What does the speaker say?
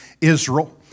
israel